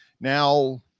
Now